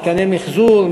מתקני מיחזור,